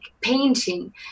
painting